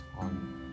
on